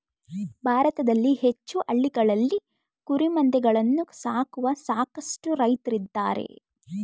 ಭಾರತದಲ್ಲಿ ಹೆಚ್ಚು ಹಳ್ಳಿಗಳಲ್ಲಿ ಕುರಿಮಂದೆಗಳನ್ನು ಸಾಕುವ ಸಾಕಷ್ಟು ರೈತ್ರಿದ್ದಾರೆ